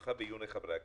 לעיונך ולעיון חברי הכנסת.